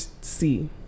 see